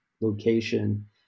location